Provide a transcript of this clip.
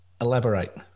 Elaborate